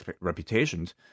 reputations